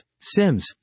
Sims